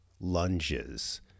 lunges